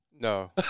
No